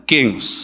Kings